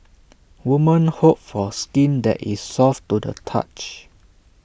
woman hope for skin that is soft to the touch